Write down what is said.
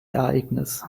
ereignis